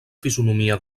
fisonomia